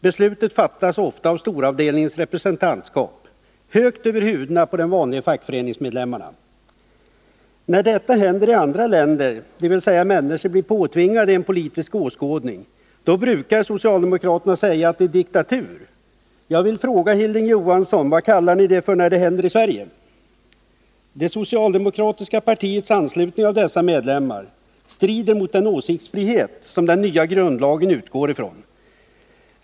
Beslutet | fattas ofta av storavdelningens representantskap högt över huvudena på de vanliga fackföreningsmedlemmarna. När sådant händer i andra länder, dvs. att människor blir påtvingade en politisk åskådning, brukar socialdemokraterna säga att det är diktatur. Jag vill fråga Hilding Johansson: Vad kallar ni 145 det för, när det händer i Sverige? Det socialdemokratiska partiets anslutning av dessa medlemmar strider mot den åsiktsfrihet som den nya grundlagen utgår ifrån.